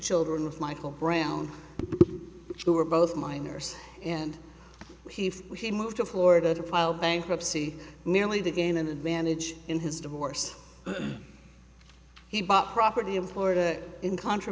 children with michael brown who were both minors and he moved to florida to file bankruptcy merely to gain an advantage in his divorce he bought property in florida in contra